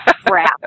crap